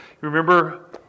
Remember